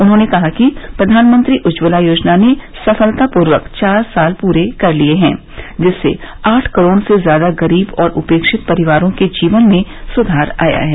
उन्होंने कहा कि प्रधानमंत्री उज्जवला योजना ने सफलतापूर्वक चार साल पूरे कर लिए हैं जिससे आठ करोड़ से ज्यादा गरीब और उपेक्षित परिवारों के जीवन में सुधार आया है